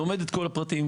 לומד את כל הפרטים,